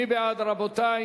מי בעד, רבותי?